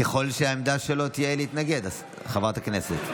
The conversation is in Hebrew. ככל שהעמדה שלו תהיה להתנגד, חברת הכנסת.